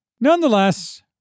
Nonetheless